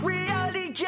Reality